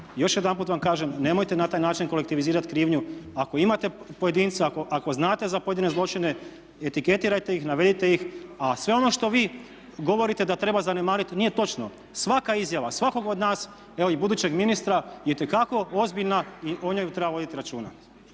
Još jedanput vam kažem, nemojte na taj način kolektivizirati krivnju. Ako imate pojedinca, ako znate za pojedine zločine, etiketirajte ih, navedite ih. A sve ono što vi govorite da treba zanemariti nije točno, svaka izjava, svakog od nas, evo i budućeg ministra je itekako ozbiljna i o njoj bi trebalo voditi računa.